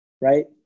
right